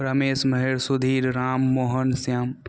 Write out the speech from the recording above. Ramesh Mahesh Sudhir Ram Mohan Shyam